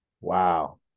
Wow